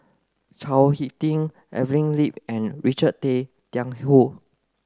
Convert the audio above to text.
Chao Hick Tin Evelyn Lip and Richard Tay Tian Hoe